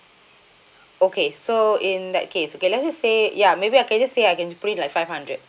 okay so in that case okay let's just say ya maybe I can just say I can put it like five hundred